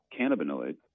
cannabinoids